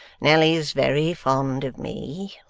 nelly's very fond of me.